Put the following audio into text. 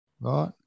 Right